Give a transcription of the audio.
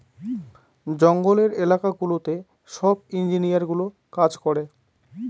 জঙ্গলের এলাকা গুলোতে সব ইঞ্জিনিয়ারগুলো কাজ করে